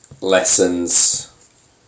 lessons